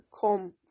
come